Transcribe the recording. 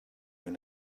win